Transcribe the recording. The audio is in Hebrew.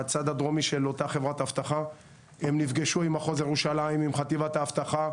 בצד הדרומי של אותה חברת אבטחה הם נפגשו מחוז ירושלים עם חטיבת האבטחה,